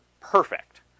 Perfect